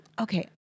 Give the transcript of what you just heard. okay